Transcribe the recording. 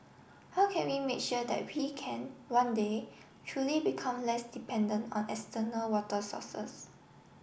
how can we make sure that we can one day truly become less dependent on external water sources